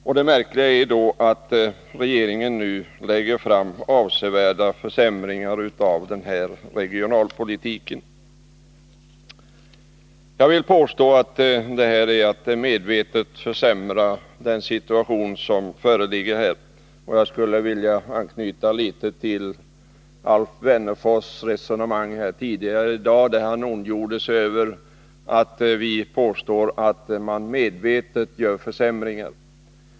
Och det märkliga är att regeringen nu lägger fram förslag om avsevärda försämringar av regionalpolitiken. Jag vill påstå att det är att medvetet försämra den situation som föreligger. Jag skulle vilja anknyta till Alf Wennerfors resonemang tidigare i dag, där han ondgjorde sig över att vi påstod att man medvetet gör försämringar.